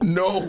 no